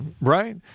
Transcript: right